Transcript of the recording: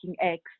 eggs